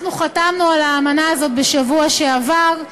אנחנו חתמנו על האמנה הזאת בשבוע שעבר.